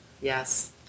Yes